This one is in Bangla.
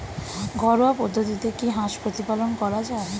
ঘরোয়া পদ্ধতিতে কি হাঁস প্রতিপালন করা যায়?